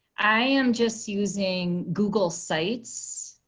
i am just using google sites.